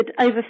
over